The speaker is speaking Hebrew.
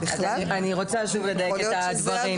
אני רוצה לדייק את הדברים.